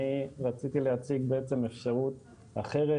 אני רציתי להציג בעצם אפשרות אחרת,